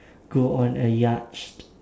go on a yacht